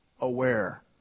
aware